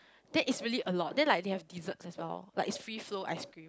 that is really a lot then like they have dessert as well like is free flow ice cream